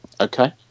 Okay